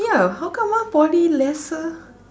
yeah how come ah Poly lesser